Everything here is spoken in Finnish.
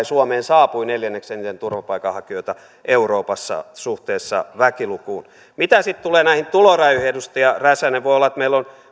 suomeen saapui neljänneksi eniten turvapaikanhakijoita euroopassa suhteessa väkilukuun mitä sitten tulee näihin tulorajoihin edustaja räsänen voi olla että meillä on